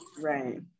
right